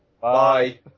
Bye